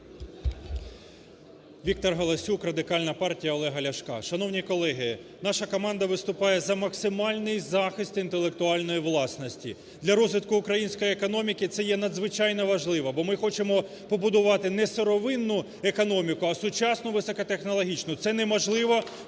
Віктор Галасюк, Радикальна партія Олега Ляшка. Шановні колеги, наша команда виступає за максимальний захист інтелектуальної власності. Для розвитку української економіки це є надзвичайно важливе, бо ми хочемо побудувати не сировинну економіку, а сучасну високотехнологічну. Це неможливо